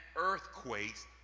earthquakes